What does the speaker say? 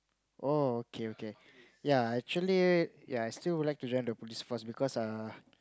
oh okay okay yea actually yea I still would like to join the Police Force because uh